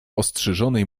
ostrzyżonej